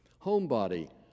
Homebody